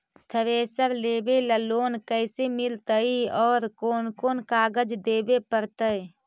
Thresher लेबे ल loan कैसे मिलतइ और कोन कोन कागज देबे पड़तै?